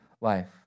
life